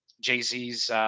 Jay-Z's